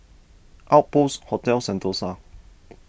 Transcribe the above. Outpost Hotel Sentosa